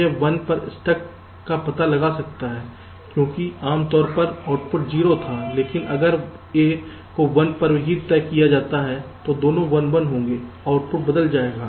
यह 1 पर A stuck का पता लगा सकता है क्योंकि आम तौर पर आउटपुट 0 था लेकिन अगर A को 1 पर भी तय किया जाता है तो दोनों 1 1 होंगे आउटपुट बदल जाएगा